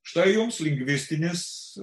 štai jums lingvistinis